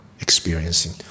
experiencing